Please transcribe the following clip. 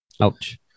Ouch